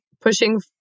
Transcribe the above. pushing